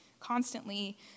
Constantly